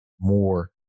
more